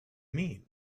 mean